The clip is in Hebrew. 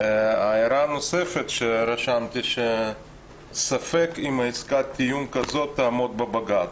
הערה נוספת שרשמתי היא שספק אם עסקת טיעון כזאת תעמוד בבג"ץ.